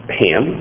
ham